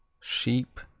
sheep